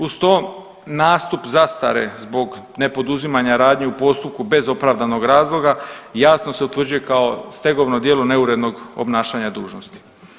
Uz to nastup zastare zbog nepoduzimanja radnji u postupku bez opravdanog razloga jasno se utvrđuje kao stegovno djelo neurednog obnašanja dužnosti.